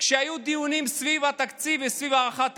כשהיו דיונים סביב התקציב וסביב הארכת תקציב.